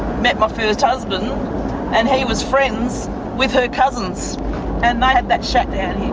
met my first husband and he was friends with her cousins and they had that shack down here.